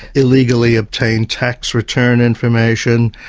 illegally obtained tax return information,